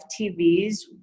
TV's